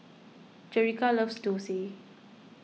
Jerica loves Dosa